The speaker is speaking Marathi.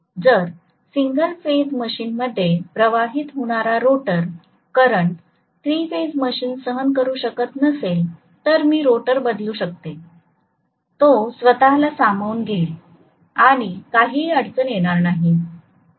जर सिंगल फेज मशीन मध्ये प्रवाहित होणारा rotor current three phase machine सहन करू शकत असेल तर मी रोटर बदलू शकतो तो स्वतःला सामावून घेईल आणि काहीही अडचण येणार नाही